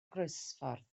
groesffordd